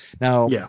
Now